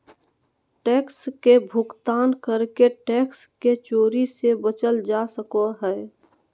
tax के भुगतान करके टैक्स के चोरी से बचल जा सको हय